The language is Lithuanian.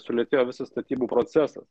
sulėtėjo visas statybų procesas